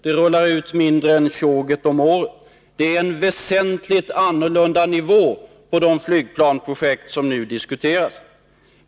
Det rullar ut mindre än tjoget om året. Det är en väsentligt annorlunda nivå på det flygplansprojekt som nu diskuteras.